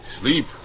Sleep